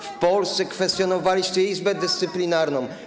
W Polsce kwestionowaliście Izbę Dyscyplinarną.